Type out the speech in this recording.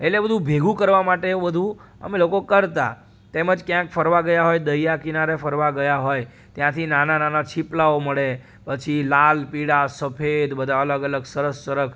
એટલે બધું ભેગું કરવાં માટે એવું બધું અમે લોકો કરતાં તેમજ ક્યાંક ફરવા ગયાં હોય દરિયા કિનારે ફરવા ગયા હોય ત્યાંથી નાનાં નાનાં છીપલાઓ મળે પછી લાલ પીળા સફેદ બધાં અલગ અલગ સરસ સરસ